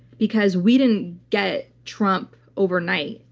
because we didn't get trump overnight.